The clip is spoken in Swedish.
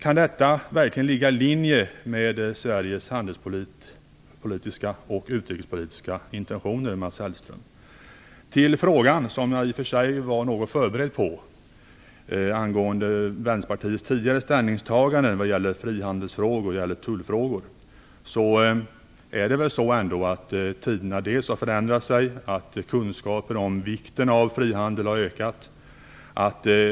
Kan det verkligen ligga i linje med Sveriges handels och utrikespolitiska intentioner, Mats Till frågan, som jag i och för sig var något förberedd på, angående Vänsterpartiets tidigare ställningstagande i fråga om handels och tullfrågor. Tiderna har förändrat sig och kunskaperna om vikten av frihandel har ökat.